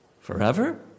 forever